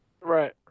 Right